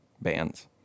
bands